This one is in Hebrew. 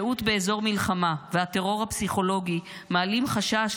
שהות באזור מלחמה והטרור הפסיכולוגי מעלים חשש